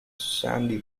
sandy